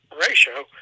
ratio